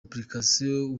applications